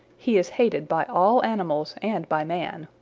he is hated by all animals and by man.